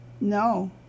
No